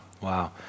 Wow